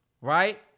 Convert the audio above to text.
right